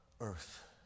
earth